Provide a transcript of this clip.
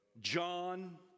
John